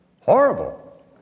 horrible